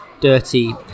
dirty